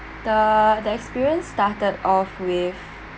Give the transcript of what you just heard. the the experience started off with